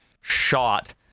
shot